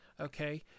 Okay